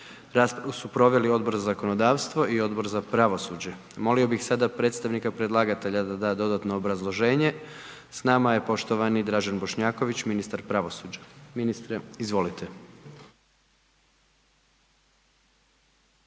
su proveli Odbor za zakonodavstvo i Odbor za pravosuđe. Molio bih sada predstavnika predlagatelja da da dodatno obrazloženje, s nama je poštovani Dražen Bošnjaković, ministar pravosuđa. Ministre, izvolite.